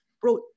Bro